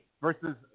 versus